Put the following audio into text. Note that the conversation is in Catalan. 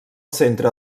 centre